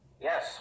Yes